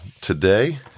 today